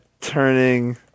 Turning